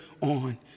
on